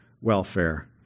welfare